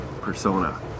persona